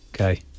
Okay